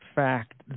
fact